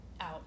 out